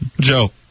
Joe